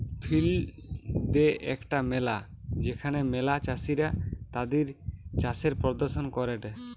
field দে একটা মেলা যেখানে ম্যালা চাষীরা তাদির চাষের প্রদর্শন করেটে